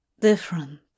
Different